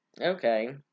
Okay